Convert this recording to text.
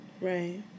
Right